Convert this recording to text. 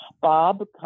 Bob